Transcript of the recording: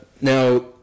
now